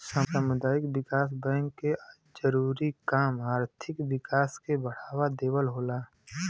सामुदायिक विकास बैंक के जरूरी काम आर्थिक विकास के बढ़ावा देवल होला